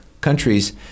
countries